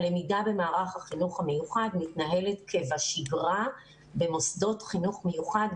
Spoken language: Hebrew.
הלמידה במערך החינוך המיוחד מתנהלת כבשגרה במוסדות החינוך המיוחד,